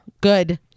good